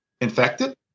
infected